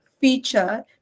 feature